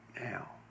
now